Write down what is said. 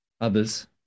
others